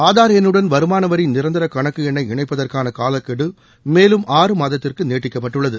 ஆதார் எண்ணுடன் வருமானவரி நிரந்தர கணக்கு எண்ணை இணைப்பதற்கான காலக்கெடு மேலும் ஆறு மாதத்திற்கு நீட்டிக்கப்பட்டுள்ளகு